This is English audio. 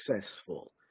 successful